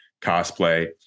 cosplay